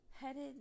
headed